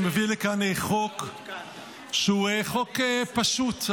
אני מביא לכאן חוק שהוא חוק פשוט.